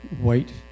white